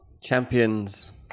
Champions